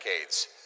decades